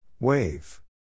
Wave